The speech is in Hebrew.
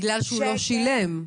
בגלל שהוא לא שילם.